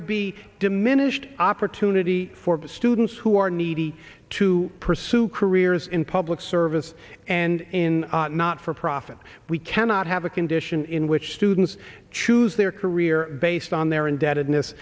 would be diminished opportunity for students who are needy to pursue careers in public service and in not for profit we cannot have a condition in which students choose their career based on their indebted